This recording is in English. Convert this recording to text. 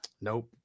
Nope